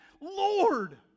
lord